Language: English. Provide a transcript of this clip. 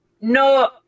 No